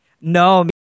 No